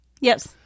Yes